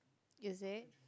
is it